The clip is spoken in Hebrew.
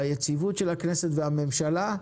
ביציבות של הכנסת ובממשלה.